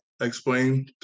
Explain